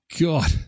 God